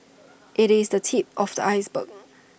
IT is the tip of the iceberg